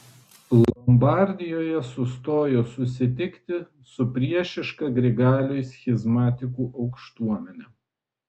lombardijoje sustojo susitikti su priešiška grigaliui schizmatikų aukštuomene